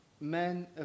men